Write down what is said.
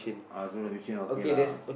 ah so that okay lah